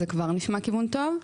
אז זה כבר נשמע ככיוון טוב.